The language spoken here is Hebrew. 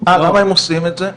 אז למה הם עושים את זה?